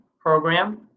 program